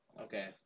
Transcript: Okay